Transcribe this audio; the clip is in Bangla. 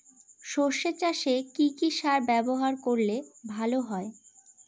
সর্ষে চাসে কি কি সার ব্যবহার করলে ভালো হয়?